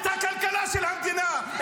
את הכלכלה של המדינה,